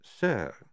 Sir